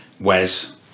Wes